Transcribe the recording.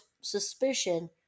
suspicion